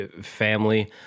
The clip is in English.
family